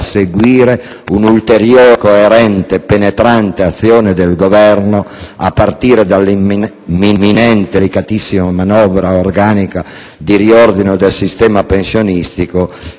segua un'ulteriore coerente e penetrante azione del Governo, a partire dall'imminente e delicatissima manovra organica di riordino del sistema pensionistico e